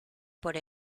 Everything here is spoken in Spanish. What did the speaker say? por